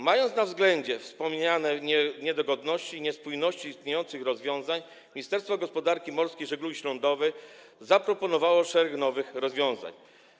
Mając na względzie wspomniane niedogodności, niespójności w istniejących rozwiązaniach, Ministerstwo Gospodarki Morskiej i Żeglugi Śródlądowej zaproponowało szereg nowych rozwiązań.